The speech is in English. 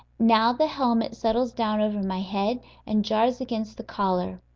now the helmet settles down over my head and jars against the collar.